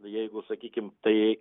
jeigu sakykim tai